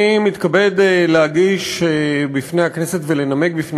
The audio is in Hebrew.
אני מתכבד להגיש בפני הכנסת ולנמק בפני